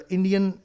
Indian